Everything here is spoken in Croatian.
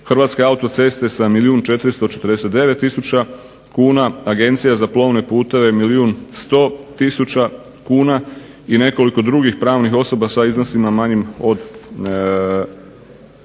Hrvatske autoceste sa milijun 449000 kuna, Agencija za plovne putove sto tisuća kuna i nekoliko drugih pravnih osoba sa iznosima manjim od